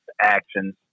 actions